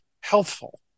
healthful